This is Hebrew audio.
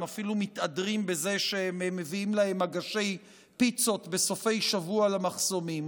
הם אפילו מתהדרים בזה שהם מביאים להם מגשי פיצות בסופי שבוע למחסומים.